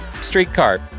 streetcar